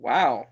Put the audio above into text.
Wow